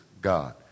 God